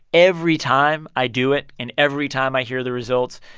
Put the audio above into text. every time i do it and every time i hear the results,